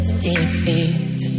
defeat